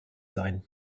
sein